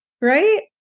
Right